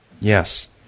Yes